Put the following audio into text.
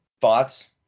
thoughts